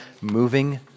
moving